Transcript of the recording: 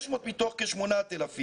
600 מתוך כ-8,000.